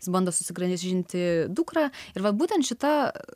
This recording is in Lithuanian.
jis bando susigrąžinti dukrą ir vat būtent šita